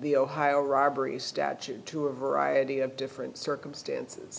the ohio robbery statute to a variety of different circumstances